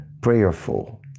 prayerful